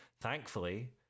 Thankfully